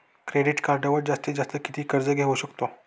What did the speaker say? Credit कार्डवर जास्तीत जास्त किती कर्ज घेऊ शकतो?